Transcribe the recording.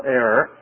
error